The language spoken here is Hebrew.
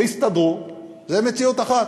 והסתדרו, זה מציאות אחת.